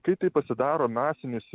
kai tai pasidaro masinis